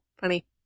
funny